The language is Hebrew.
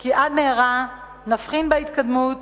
כי עד מהרה נבחין בהתקדמות,